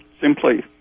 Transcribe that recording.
simply